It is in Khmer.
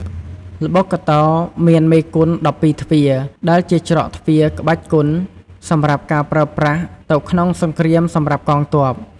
ល្បុក្កតោ មានមេគុន ១២ទ្វារ ដែលជាច្រកទ្វារក្បាច់គុន សម្រាប់ការប្រើប្រាសទៅក្នុងសង្គ្រាមសម្រាប់កងទ័ព។